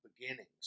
beginnings